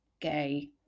gay